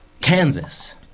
Kansas